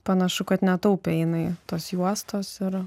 panašu kad netaupė jinai tos juostos ir